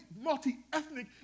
multi-ethnic